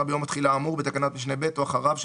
ביום התחילה האמור בתקנת משנה (ב) או אחריו,